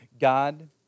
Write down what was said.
God